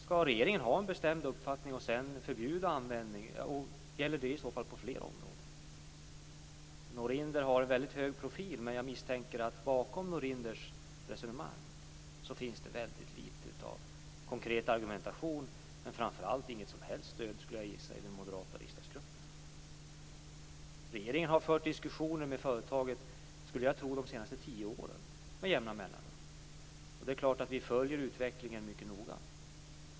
Skall regeringen ha en bestämd uppfattning och sedan förbjuda användning, och gäller det i så fall på fler områden? Norinder har väldigt hög profil, men jag misstänker att det bakom Norinders resonemang finns väldigt litet av konkret argumentation och framför allt inget som helst stöd, skulle jag gissa, i den moderata riksdagsgruppen. Regeringen har fört diskussioner med företaget de senaste tio åren med jämna mellanrum. Det är klart att vi följer utvecklingen mycket noga.